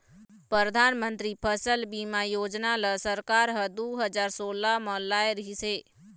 परधानमंतरी फसल बीमा योजना ल सरकार ह दू हजार सोला म लाए रिहिस हे